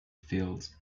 fields